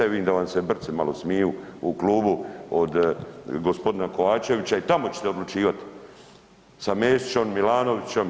Vidim da vam se brci malo smiju u klubu od gospodina Kovačevića i tamo ćete odlučivati sa Mesićem, Milanovićem.